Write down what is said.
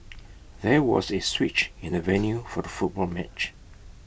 there was A switch in the venue for the football match